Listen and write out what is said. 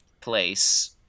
place